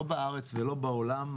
לא בארץ ולא בעולם,